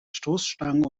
stoßstangen